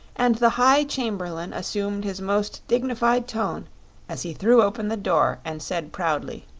and the high chamberlain assumed his most dignified tone as he threw open the door and said proudly